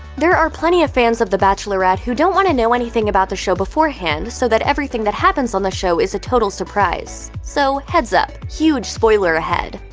there are plenty of fans of the bachelorette who don't want to know anything about the show beforehand so that everything that happens on the show is a total surprise. so, heads up huge spoiler ahead!